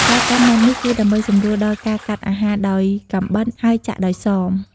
ការកាន់បែបនេះគឺដើម្បីសម្រួលដល់ការកាត់អាហារដោយកាំបិត ហើយចាក់ដោយសម។